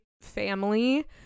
family